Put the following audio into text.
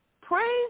Praise